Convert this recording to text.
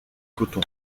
coton